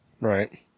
Right